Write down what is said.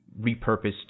repurposed